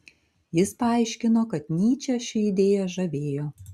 jis paaiškino kad nyčę ši idėja žavėjo